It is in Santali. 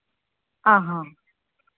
ᱚ ᱦᱚᱸ